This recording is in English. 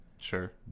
Sure